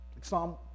Psalm